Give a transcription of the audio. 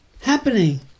happening